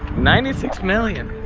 ninety six million.